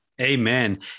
Amen